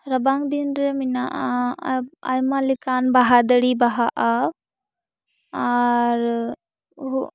ᱨᱟᱵᱟᱝ ᱫᱤᱱ ᱨᱮ ᱢᱟᱱᱟᱜᱼᱟ ᱟᱭᱢᱟ ᱞᱮᱠᱟᱱ ᱵᱟᱦᱟ ᱫᱟᱹᱨᱤ ᱵᱟᱦᱟᱜᱼᱟ ᱟᱨ